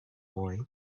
boy